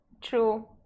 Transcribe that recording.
true